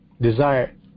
desire